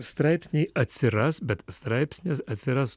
straipsniai atsiras bet straipsnis atsiras